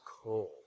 cold